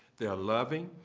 they're loving.